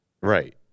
right